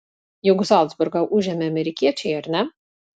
juk zalcburgą užėmė amerikiečiai ar ne